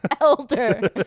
Elder